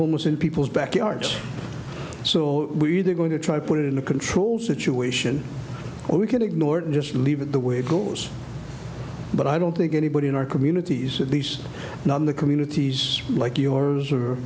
homeless in people's backyard so we they're going to try to put it in a controlled situation or we can ignore it and just leave it the way it goes but i don't think anybody in our communities at least not in the communities like yours